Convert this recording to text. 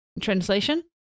Translation